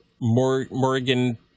Morgan